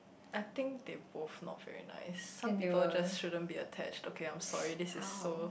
I think they both not very nice some people just shouldn't be attached okay I'm sorry this is so